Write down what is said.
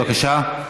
בבקשה.